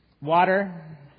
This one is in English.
water